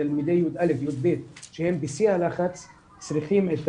תלמידי י"א-י"ב שהם בשיא הלחץ צריכים את